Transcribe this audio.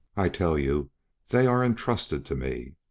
i tell you they are entrusted to me.